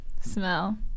smell